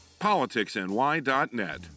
PoliticsNY.net